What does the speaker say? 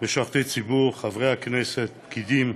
משרתי הציבור, חברי הכנסת, פקידים,